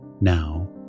now